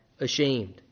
ashamed